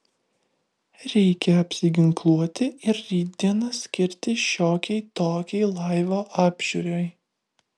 reikia apsiginkluoti ir rytdieną skirti šiokiai tokiai laivo apžiūrai